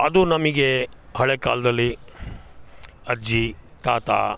ಅದು ನಮಗೆ ಹಳೆಯ ಕಾಲದಲ್ಲಿ ಅಜ್ಜಿ ತಾತ